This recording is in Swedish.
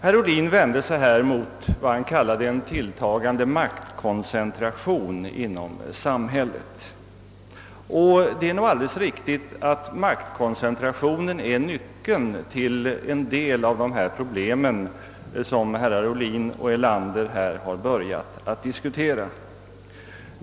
Herr Ohlin vände sig mot vad han kallade en tilltagande maktkoncentration inom samhället. Det är nog alldeles riktigt att maktkoncentrationen är nyckeln till en del av de problem som herrar Ohlin och Erlander här har börjat att diskutera.